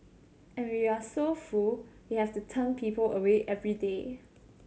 and we are so full we have to turn people away every day